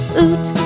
oot